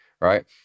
right